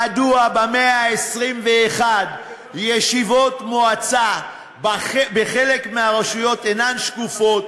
מדוע במאה ה-21 ישיבות מועצה בחלק מהרשויות אינן שקופות,